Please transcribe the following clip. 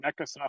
Microsoft